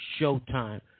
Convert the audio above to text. Showtime